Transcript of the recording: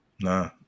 Nah